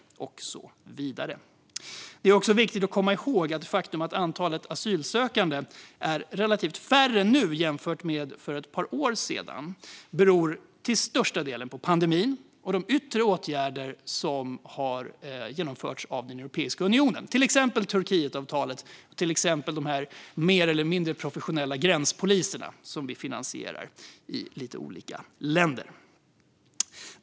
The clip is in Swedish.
Det är också viktigt att komma ihåg att det faktum att antalet asylsökande är relativt sett lägre nu jämfört med för ett par år sedan till största delen beror på pandemin och de yttre åtgärder som har genomförts av Europeiska unionen, till exempel Turkietavtalet och de mer eller mindre professionella gränspoliser som vi finansierar i lite olika länder.